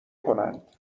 کنند